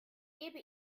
gebe